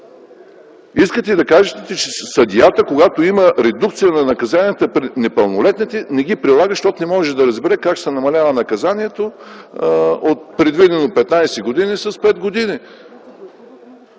Искате да кажете, че съдията, когато има редукция на наказанията при непълнолетните, не ги прилага, защото не може да разбере как ще се намалява наказанието, предвидено за 15 години, с 5 години?!